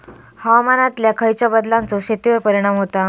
हवामानातल्या खयच्या बदलांचो शेतीवर परिणाम होता?